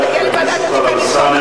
בפעם הבאה שתגיע לוועדת האתיקה,